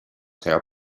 seva